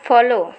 follow